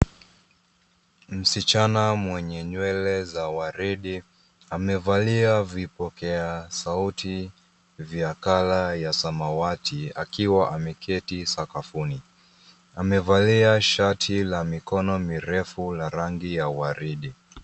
Msichana mwenye nywele za waridi amevalia vipokea sauti vya Color ya samawati akiwa ameketi sakafuni. Amevalia shati la mikono mirefu la rangi ya waridi.